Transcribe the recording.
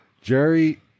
Jerry